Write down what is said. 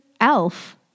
Elf